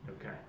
Okay